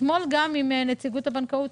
אתמול נפגשתי גם עם נציגי הבנקאות,